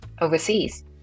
overseas